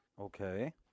okay